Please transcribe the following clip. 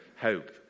hope